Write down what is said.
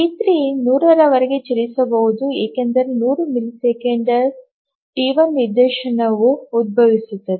T three 100 ವರೆಗೆ ಚಲಿಸಬಹುದು ಏಕೆಂದರೆ 100 ಮಿಲಿಸೆಕೆಂಡ್ ಟಿ1 ನಿದರ್ಶನವು ಉದ್ಭವಿಸುತ್ತದೆ